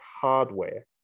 hardware